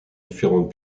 différentes